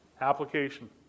Application